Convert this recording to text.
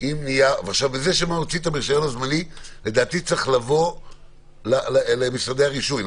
עם נייר וזה שמוציא את הרישיון הזמני לדעתי צריך לבוא למשרדי הרישוי,